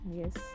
yes